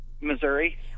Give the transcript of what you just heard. missouri